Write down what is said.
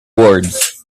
boards